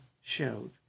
showed